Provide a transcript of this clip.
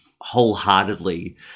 wholeheartedly